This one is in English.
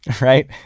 right